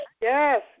Yes